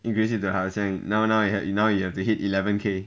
increase it to 好像 now now now you have to hit eleven K